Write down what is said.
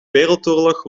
wereldoorlog